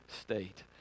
state